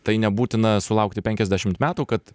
tai nebūtina sulaukti penkiasdešimt metų kad